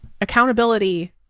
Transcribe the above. Accountability